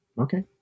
Okay